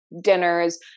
dinners